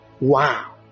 Wow